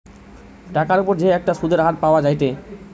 টাকার উপর যে একটা সুধের হার পাওয়া যায়েটে